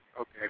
Okay